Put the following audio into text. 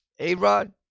A-Rod